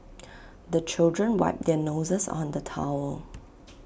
the children wipe their noses on the towel